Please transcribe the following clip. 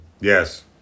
Yes